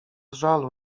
żalu